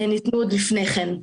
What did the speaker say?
ניתנו עוד לפני כן.